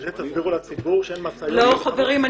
את זה תסבירו לציבור שאין משאיות --- חברים,